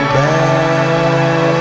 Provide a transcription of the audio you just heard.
back